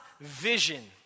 vision